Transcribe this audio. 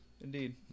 Indeed